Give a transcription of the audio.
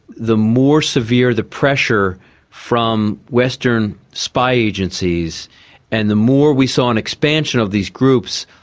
the more severe the pressure from western spy agencies and the more we saw an expansion of these groups,